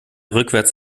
rückwärts